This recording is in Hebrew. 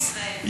לשפנים,